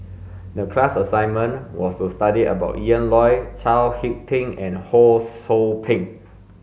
the class assignment was to study about Ian Loy Chao Hick Tin and Ho Sou Ping